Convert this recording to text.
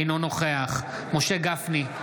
אינו נוכח משה גפני,